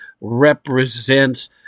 represents